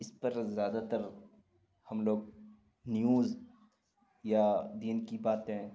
اس پر زیادہ تر ہم لوگ نیوز یا دین کی باتیں